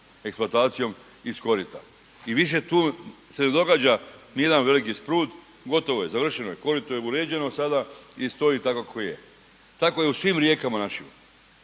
eksploatacijom iz korita i više tu se ne događa ni jedan veliki sprud, gotovo je završeno je, korito je uređeno sada i stoji tako kako je. Tako je u svim rijekama našim.